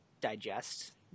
digest